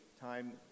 time